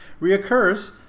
reoccurs